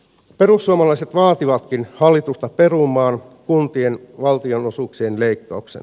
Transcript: perussuomalaiset vaativatkin hallitusta perumaan kuntien valtionosuuksien leikkauksen